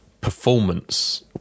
performance